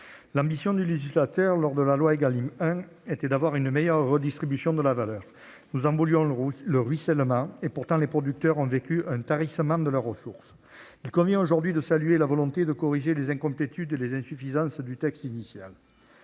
l'ambition du législateur était une meilleure redistribution de la valeur. Nous en voulions le ruissellement ; or les producteurs ont vécu un tarissement de leurs ressources. Il convient aujourd'hui de saluer la volonté de corriger les incomplétudes et les insuffisances du texte initial.